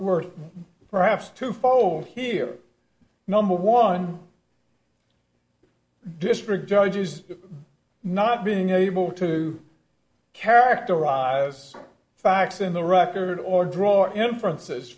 worth perhaps two fold here number one district judges do not being able to characterize facts in the record or draw inferences